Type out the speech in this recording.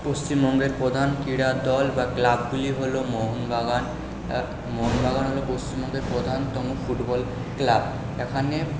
পশ্চিমবঙ্গের প্রধান ক্রীড়া দল বা ক্লাবগুলি হলো মোহনবাগান মোহনবাগান হলো পশ্চিমবঙ্গের প্রধানতম ফুটবল ক্লাব এখানে